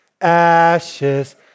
ashes